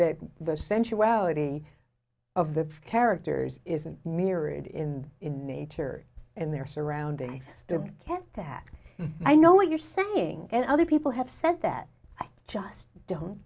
that the sensuality of the characters isn't mirrored in nature in their surroundings i still can't that i know what you're saying and other people have said that i just don't